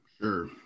sure